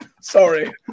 Sorry